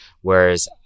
Whereas